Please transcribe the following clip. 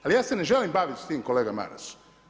Ali ja se ne želim baviti s tim kolega Maras.